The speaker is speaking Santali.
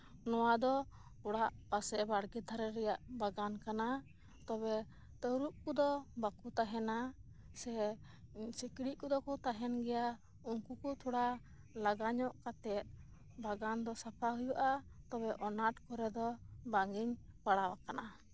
ᱱᱚᱶᱟ ᱫᱚ ᱚᱲᱟᱜ ᱯᱟᱥᱮ ᱵᱟᱲᱜᱮ ᱫᱷᱟᱨᱮ ᱨᱮᱭᱟᱜ ᱵᱟᱜᱟᱱ ᱠᱟᱱᱟ ᱛᱚᱵᱮ ᱛᱟᱨᱩᱵ ᱠᱚᱫᱚ ᱵᱟᱠᱚ ᱛᱟᱦᱮᱱᱟ ᱥᱮ ᱥᱤᱸᱠᱲᱤᱡ ᱠᱚᱫᱚ ᱠᱚ ᱛᱟᱦᱮᱱ ᱜᱮᱭᱟ ᱩᱝᱠᱩ ᱠᱚ ᱛᱷᱚᱲᱟ ᱞᱟᱜᱟ ᱧᱚᱜ ᱠᱟᱛᱮᱫ ᱵᱟᱜᱟᱱ ᱫᱚ ᱥᱟᱯᱷᱟ ᱦᱳᱭᱳᱜᱼᱟ ᱛᱚᱵᱮ ᱟᱱᱟᱴ ᱠᱚᱨᱮ ᱫᱚ ᱵᱟᱝᱤᱧ ᱯᱟᱲᱟᱣ ᱟᱠᱟᱱᱟ